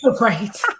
Right